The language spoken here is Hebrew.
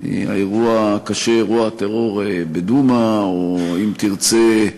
האירוע הקשה, האירוע הקשה בדומא, או אם תרצה,